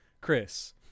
Chris